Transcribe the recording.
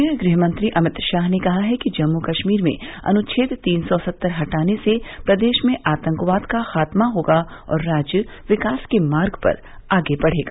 केन्द्रीय गृह मंत्री अमित शाह ने कहा है कि जम्मू कश्मीर में अनुच्छेद तीन सौ सत्तर को हटाने से प्रदेश में आतंकवाद का खात्मा होगा और राज्य विकास के मार्ग पर आगे बढ़ेगा